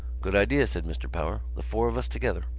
good idea, said mr. power. the four of us together.